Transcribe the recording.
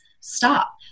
stop